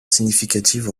significative